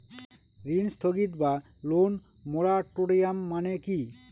ঋণ স্থগিত বা লোন মোরাটোরিয়াম মানে কি?